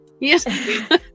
Yes